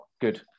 good